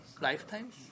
lifetimes